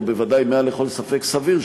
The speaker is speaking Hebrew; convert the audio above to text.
או בוודאי מעל לכל ספק סביר,